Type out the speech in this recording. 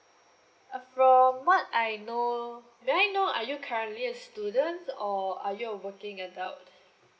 uh from what I know may I know are you currently a student or are you a working adult